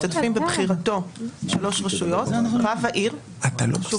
משתתפים בבחירתו שלוש רשויות: רב העיר חשוב